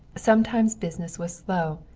sometimes business was slow,